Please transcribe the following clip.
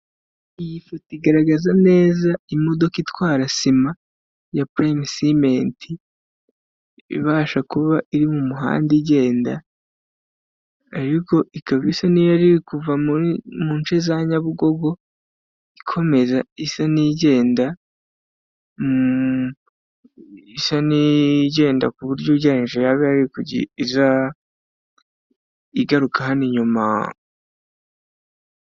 Iyi foto igaragaza neza imodoka itwara sima ya Prime Cement ibasha kuba iri mu muhanda ariko ikaba isa niri kuva za nyabugogo isa n'igenda ku buryo ugereraninije yaba iza igaruka hano inyuma.